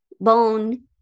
bone